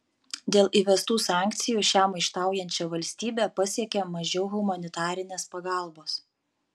dėl įvestų sankcijų šią maištaujančią valstybę pasiekia mažiau humanitarinės pagalbos